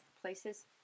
places